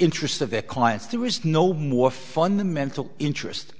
interest of their clients through is no more fundamental interest